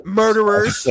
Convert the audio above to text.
murderers